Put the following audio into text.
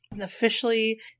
officially